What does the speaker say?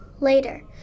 Later